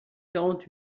quarante